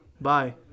Bye